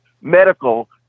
medical